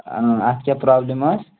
اَتھ کیٛاہ پرٛابلِم ٲس